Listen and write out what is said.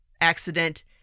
accident